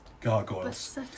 gargoyles